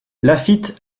laffitte